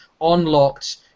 unlocked